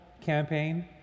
campaign